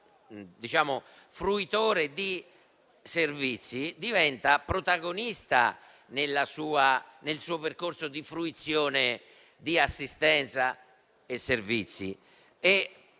e da fruitore di servizi diventa protagonista del suo percorso di fruizione di assistenza e servizi.